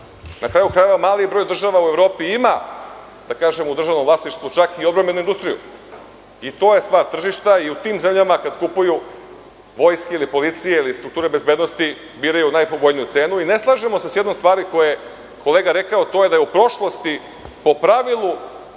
Na kraju krajeva, mali broj država u Evropi ima u državnom vlasništvu čak i odbrambenu industriju i to je stvar tržišta i u tim zemljama kada kupuju vojska, policija ili strukture bezbednosti biraju najpovoljniju cenu i ne slažemo se sa jednom stvari, koju je kolega rekao, a to je da je u prošlosti po pravilu